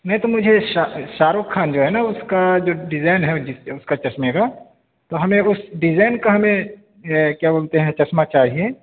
نہیں تو مجھے شاہ رخ خان جو ہے نا اس کا جو ڈیزائن ہے جس اس کا چشمے کا تو ہمیں اس ڈیزائن کا ہمیں کیا بولتے ہیں چشمہ چاہیے